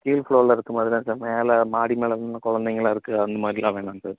கீழ் ஃப்ளோரில் இருக்க மாதிரி தான் சார் மேலே மாடி மேலே இருந்துனா குலந்தைங்கெல்லாம் இருக்கு அந்த மாதிரிலாம் வேணாங்க சார்